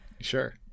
sure